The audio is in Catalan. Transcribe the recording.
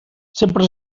sempre